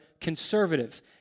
conservative